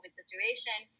situation